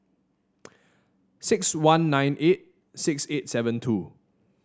six one nine eight six eight seven two